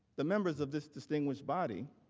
the members of this distinguished body,